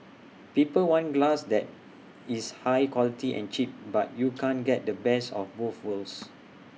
people want glass that is high quality and cheap but you can't get the best of both worlds